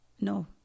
no